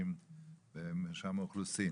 שדורשים במרשם האוכלוסין